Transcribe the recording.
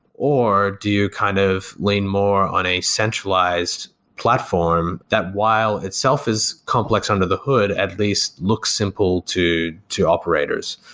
or do you kind of lean more on a centralized platform that while itself is complex under the hood, at least look simple to to operators.